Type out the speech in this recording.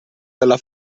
della